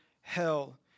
hell